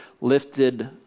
lifted